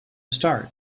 start